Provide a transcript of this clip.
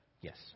Yes